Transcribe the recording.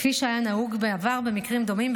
כפי שהיה נהוג בעבר במקרים דומים,